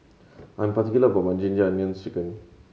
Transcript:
I am particular about my Ginger Onions Chicken